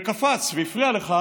וקפץ והפריע לך,